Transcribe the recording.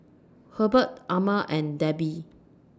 Hubbard Amma and Debbi